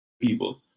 people